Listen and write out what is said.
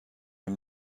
این